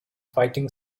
fighting